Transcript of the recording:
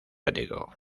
ático